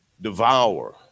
devour